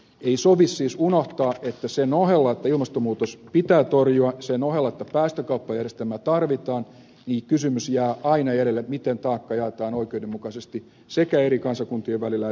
ei sovi siis unohtaa että sen ohella että ilmastonmuutos pitää torjua sen ohella että päästökauppajärjestelmää tarvitaan aina jää jäljelle kysymys miten taakka jaetaan oikeudenmukaisesti sekä eri kansakuntien välillä että sitten eri väestöryhmien välillä